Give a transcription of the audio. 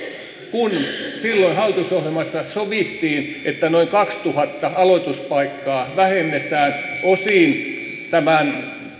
kun silloin hallitusohjelmassa sovittiin että noin kaksituhatta aloituspaikkaa vähennetään osin tämän